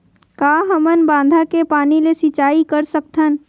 का हमन बांधा के पानी ले सिंचाई कर सकथन?